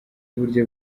uburyo